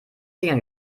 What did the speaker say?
finger